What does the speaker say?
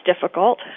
difficult